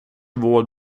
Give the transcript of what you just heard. vår